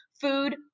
food